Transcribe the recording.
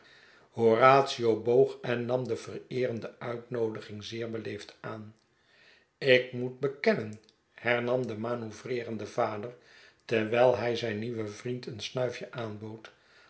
horatio boog en nam de vereerende uitnoodiging zeer beleefd aan ik moet bekennen hernam de manoeuvreerende vader terwijl hij zijn nieuwen vriend een snuifje aanbood